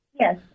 Yes